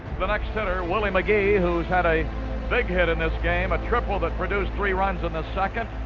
the next hitter, willie mcgee, who's had a big hit in this game, a triple that produced three runs in the second.